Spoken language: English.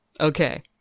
Okay